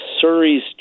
Surrey's